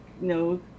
no